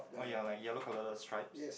oh ya like yellow colorless stripes